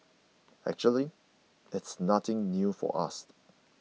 actually it's nothing new for us